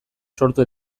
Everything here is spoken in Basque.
sortu